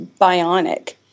bionic